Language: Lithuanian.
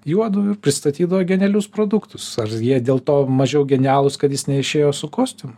juodu ir pristatydavo genialius produktus ar jie dėl to mažiau genialūs kad jis neišėjo su kostiumu